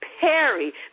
Perry